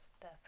death